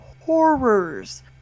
horrors